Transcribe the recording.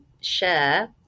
share